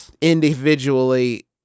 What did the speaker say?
individually